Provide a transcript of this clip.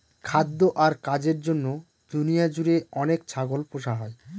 খাদ্য আর কাজের জন্য দুনিয়া জুড়ে অনেক ছাগল পোষা হয়